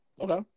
Okay